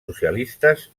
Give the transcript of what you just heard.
socialistes